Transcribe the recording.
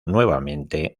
nuevamente